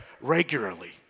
regularly